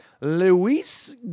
Luis